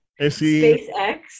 SpaceX